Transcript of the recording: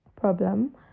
problem